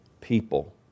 people